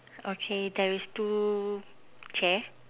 okay there is two chair